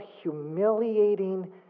humiliating